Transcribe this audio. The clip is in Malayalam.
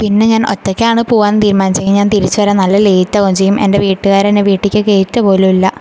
പിന്നെ ഞാന് ഒറ്റയ്ക്കാണ് പോവാന് തീരുമാൻച്ചെങ്കിൽ ഞാന് തിരിച്ച് വരാന് നല്ല ലേറ്റാവ്വേം ചെയ്യും എന്റെ വീട്ടുകാരെന്നെ വീട്ടിക്ക് കയറ്റുക പോലുമില്ല